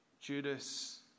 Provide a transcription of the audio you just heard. Judas